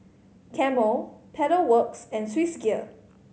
Camel Pedal Works and Swissgear